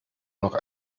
noch